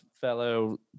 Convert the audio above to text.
fellow